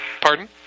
pardon